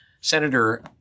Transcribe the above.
Senator